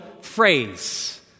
phrase